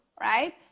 right